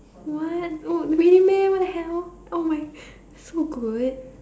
what no really meh what the hell oh my so good